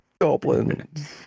Goblins